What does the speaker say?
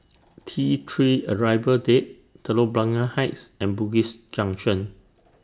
T three Arrival Dave Telok Blangah Heights and Bugis Junction